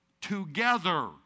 together